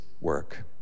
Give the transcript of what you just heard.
work